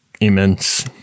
immense